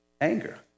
Anger